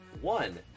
one